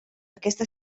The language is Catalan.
aquesta